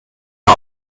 der